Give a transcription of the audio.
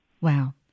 Wow